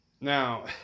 Now